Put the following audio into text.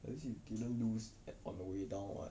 that means you didn't lose on the way down [what]